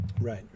Right